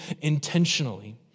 intentionally